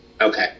Okay